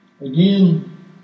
Again